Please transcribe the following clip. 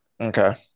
Okay